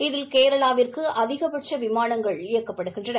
இதில் கேரளாவிற்கு அதிகபட்ச விமானங்கள் இயக்கப்படுகின்றன